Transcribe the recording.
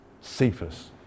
Cephas